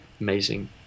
amazing